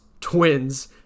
Twins